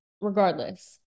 regardless